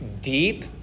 deep